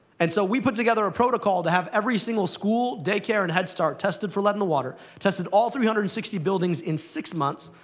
and so we put together a protocol to have every single school, day care, and head start tested for lead in the water, tested all three hundred and sixty buildings in six months,